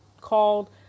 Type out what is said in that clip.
called